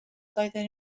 doedden